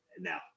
now